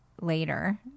later